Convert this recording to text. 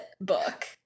book